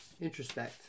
Introspect